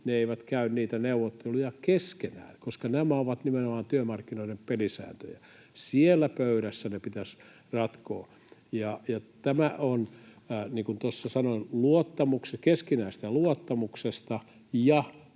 eivät käy niitä neuvotteluja keskenään? Nämä ovat nimenomaan työmarkkinoiden pelisääntöjä. Siellä pöydässä ne pitäisi ratkoa, ja tämä on, niin kuin tuossa sanoin, keskinäisestä luottamuksesta ja